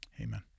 Amen